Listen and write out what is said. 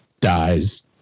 dies